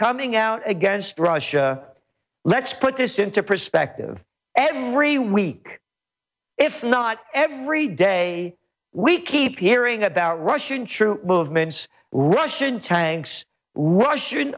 coming out against russia let's put this into perspective every week if not every day we keep hearing about russian troop movements russian tanks were russian